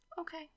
Okay